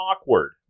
awkward